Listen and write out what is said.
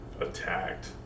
attacked